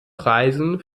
reisen